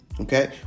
Okay